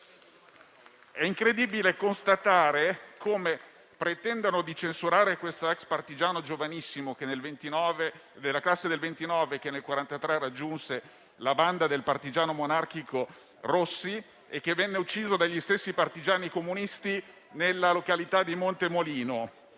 È incredibile constatare come pretendano di censurare questo ex partigiano giovanissimo, della classe 1929, che nel 1943 raggiunse la banda del partigiano monarchico Rossi, che venne ucciso dagli stessi partigiani comunisti nella località di Montemolino,